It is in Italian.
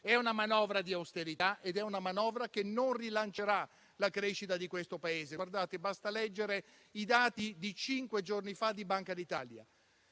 una manovra di austerità ed è una manovra che non rilancerà la crescita di questo Paese. Basta leggere i dati di cinque giorni fa di Banca d'Italia,